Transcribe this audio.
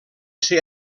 ser